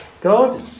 God